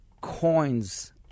coins